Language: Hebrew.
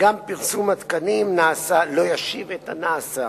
וגם פרסום עדכני, אם נעשה, לא ישיב את הנעשה.